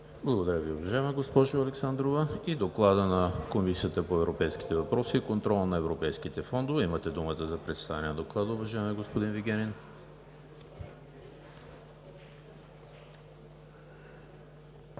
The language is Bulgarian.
Благодаря Ви, уважаема госпожо Александрова. И Докладът на Комисията по европейските въпроси и контрол на европейските фондове. Имате думата за представяне на Доклада, уважаеми господин Вигенин.